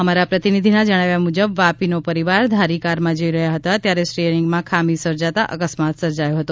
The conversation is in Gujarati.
અમારા પ્રતિનિધિના જણાવ્યા મુજબ વાપીનો પરિવાર ધારી કારમાં જઇ રહ્યા હતા ત્યારે સ્ટીયરીંગમાં ખામી સર્જાતા અકસ્માત સર્જાયો હતો